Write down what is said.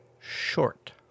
short